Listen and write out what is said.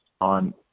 on